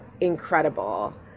incredible